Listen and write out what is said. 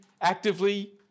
actively